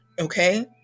okay